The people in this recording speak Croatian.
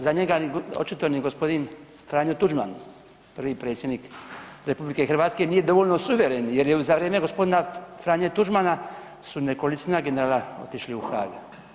Za njega očito ni g. Franjo Tuđman, prvi predsjednik RH nije dovoljno suveren jer je za vrijeme g. Franje Tuđmana su nekolicina generala otišli u Hag.